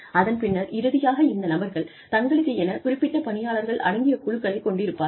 அதன் பின்னர் இறுதியாக இந்த நபர்கள் தங்களுக்கென குறிப்பிட்ட பணியாளர்கள் அடங்கிய குழுக்களைக் கொண்டிருப்பார்கள்